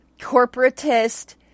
corporatist